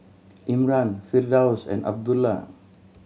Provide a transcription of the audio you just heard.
Imran Firdaus and Abdullah